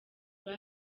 rwa